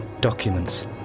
Documents